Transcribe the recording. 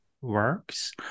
works